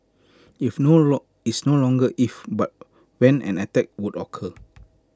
if no long it's no longer if but when an attack would occur